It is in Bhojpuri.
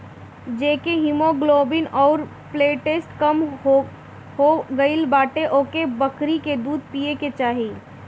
जेकर हिमोग्लोबिन अउरी प्लेटलेट कम हो गईल बाटे ओके बकरी के दूध पिए के चाही